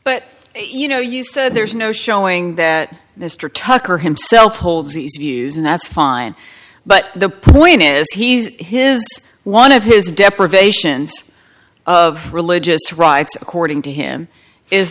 but you know you said there's no showing that mr tucker himself holds these views and that's fine but the point is he's his one of his deprivations of religious rights according to him is